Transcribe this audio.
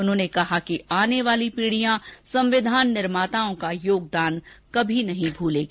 उन्होंने कहा कि आने वाली पीढियां संविधान निर्माताओं का योगदान कभी नहीं भुलेगी